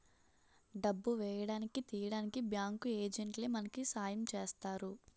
డబ్బు వేయడానికి తీయడానికి బ్యాంకు ఏజెంట్లే మనకి సాయం చేస్తారు